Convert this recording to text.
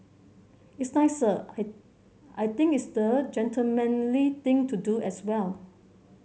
it's nicer I think it's the gentlemanly thing to do as well